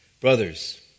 Brothers